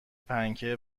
پنکه